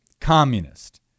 Communist